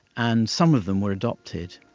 and some of them were adopted,